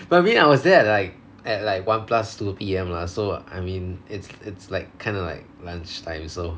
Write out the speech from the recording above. but I mean I was there at like at like one plus two P_M lah so I mean it's it's like kind of like lunchtime so